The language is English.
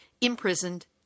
imprisoned